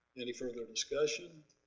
any further discussion?